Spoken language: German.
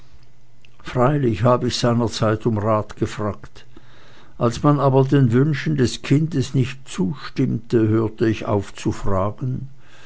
freilich habe ich seinerzeit um rat gefragt als man aber den wünschen des kindes nicht zustimmte hörte ich auf zu fragen